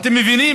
אתם מבינים?